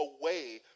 away